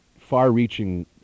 far-reaching